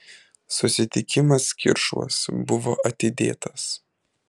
susitikimas kiršuos buvo atidėtas